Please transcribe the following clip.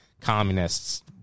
communists